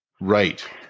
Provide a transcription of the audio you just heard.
Right